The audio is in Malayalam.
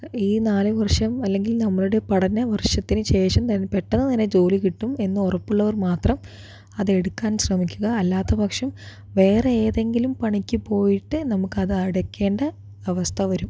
ഈ നാല് വർഷം അല്ലെങ്കിൽ നമ്മളുടെ പഠന വർഷത്തിനുശേഷം തന്നെ പെട്ടെന്ന് തന്നെ ജോലി കിട്ടും എന്ന് ഉറപ്പുള്ളവർ മാത്രം അത് എടുക്കാൻ ശ്രമിക്കുക അല്ലാത്തപക്ഷം വേറെ ഏതെങ്കിലും പണിക്ക് പോയിട്ട് നമുക്ക് അത് അടയ്ക്കേണ്ട അവസ്ഥ വരും